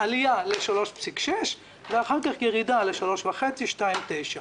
בהמשך אנחנו רואים עלייה ל-3.6% ואחר כך ירידה ל-3.5% ול-2.9%.